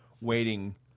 waiting